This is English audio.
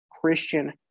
Christian